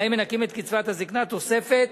להם מנכים את קצבת הזיקנה, תוספת